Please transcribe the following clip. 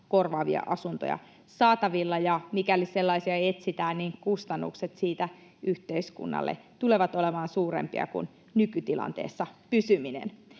korvaavia asuntoja saatavilla, ja mikäli sellaisia etsitään, kustannukset siitä yhteiskunnalle tulevat olemaan suurempia kuin nykytilanteessa pysyminen.